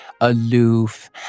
aloof